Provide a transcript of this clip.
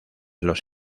los